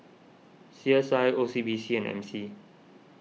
C S I O C B C and M C